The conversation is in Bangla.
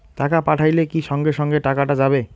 টাকা পাঠাইলে কি সঙ্গে সঙ্গে টাকাটা যাবে?